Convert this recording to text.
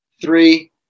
three